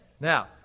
Now